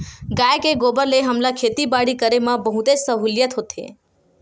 गाय के गोबर ले हमला खेती बाड़ी करे म बहुतेच सहूलियत होथे